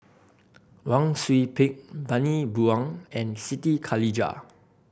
Wang Sui Pick Bani Buang and Siti Khalijah